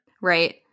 Right